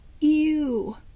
Ew